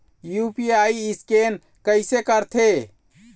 UPI scan कइसे करथे?